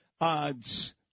odds